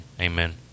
amen